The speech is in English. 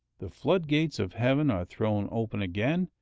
the floodgates of heaven are thrown open again,